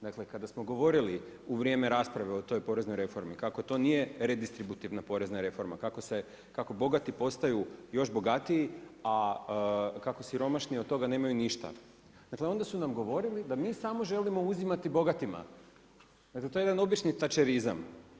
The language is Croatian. Dakle kada smo govorili u vrijeme rasprave o toj poreznoj reformi kako to nije redistributivna porezna reforma, kako bogati postaju još bogatiji, a kako siromašniji od toga nemaju ništa onda su nam govorili da mi samo želimo uzimati bogatima, dakle to je jedan obični tačerizam.